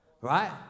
Right